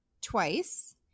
Twice